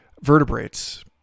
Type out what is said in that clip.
vertebrates